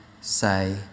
say